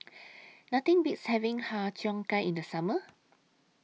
Nothing Beats having Har Cheong Gai in The Summer